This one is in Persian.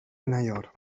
نیار